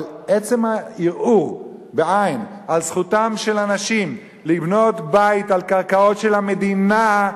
אבל עצם הערעור על זכותם של אנשים לבנות בית על קרקעות של המדינה,